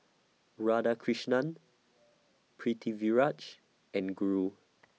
Radhakrishnan Pritiviraj and Guru